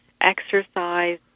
Exercise